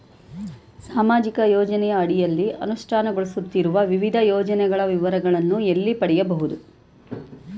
ಸಾಮಾಜಿಕ ಯೋಜನೆಯ ಅಡಿಯಲ್ಲಿ ಅನುಷ್ಠಾನಗೊಳಿಸುತ್ತಿರುವ ವಿವಿಧ ಯೋಜನೆಗಳ ವಿವರಗಳನ್ನು ಎಲ್ಲಿ ಪಡೆಯಬಹುದು?